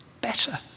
better